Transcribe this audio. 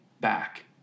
back